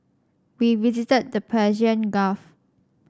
we visited the Persian Gulf